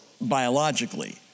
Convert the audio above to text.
biologically